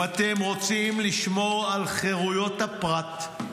אם אתם רוצים לשמור על חרויות הפרט,